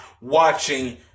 watching